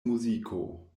muziko